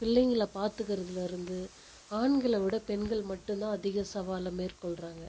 பிள்ளைங்களை பார்த்துக்கறதுல இருந்து ஆண்களை விட பெண்கள் மட்டுந்தான் அதிகம் சவாலை மேற்கொள்கிறாங்க